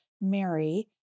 Mary